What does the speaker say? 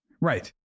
Right